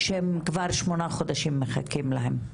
שהם כבר שמונה חודשים מחכים להם.